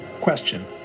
Question